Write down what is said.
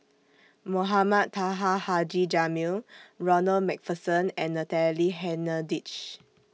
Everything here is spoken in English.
Mohamed Taha Haji Jamil Ronald MacPherson and Natalie Hennedige